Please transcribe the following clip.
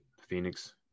phoenix